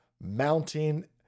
mounting